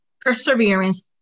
perseverance